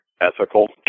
ethical